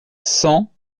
cent